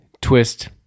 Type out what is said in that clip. twist